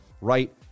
right